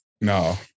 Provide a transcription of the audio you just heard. No